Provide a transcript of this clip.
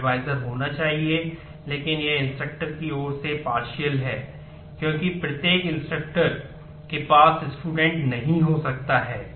एक रिलेशनशिप नहीं हो सकता है